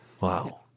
Wow